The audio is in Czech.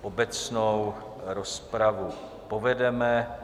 Obecnou rozpravu povedeme.